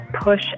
push